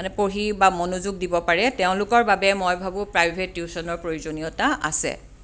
মানে পঢ়ি বা মনোযোগ দিব পাৰে তেওঁলোকৰ বাবে মই ভাবোঁ প্ৰাইভেট টিউশ্যনৰ প্ৰয়োজনীয়তা আছে